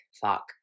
fuck